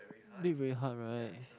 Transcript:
live very hard right